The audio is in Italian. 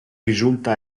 risulta